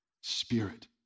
spirit